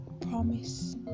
promise